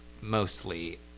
mostly